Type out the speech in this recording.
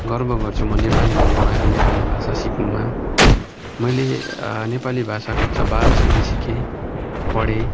गर्व गर्छु म नेपाली हुनुमा र नेपाली भाषा सिक्नुमा मैले नेपाली भाषा कक्षा बाह्रसम्म सिकेँ पढेँ